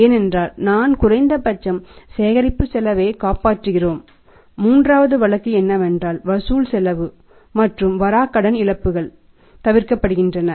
ஏனென்றால் நான் குறைந்தபட்சம் சேகரிப்பு செலவைக் காப்பாற்றுகிறோம் மூன்றாவது வழக்கு என்னவென்றால் வசூல் செலவு மற்றும் வராக்கடன் இழப்புகள் தவிர்க்கப்படுகின்றன